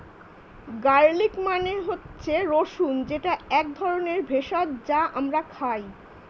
garlic মানে হচ্ছে রসুন যেটা এক ধরনের ভেষজ যা আমরা খাই